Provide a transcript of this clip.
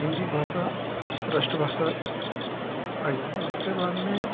हिंदी भाषा राष्ट्रभाषा आई उसके बाद में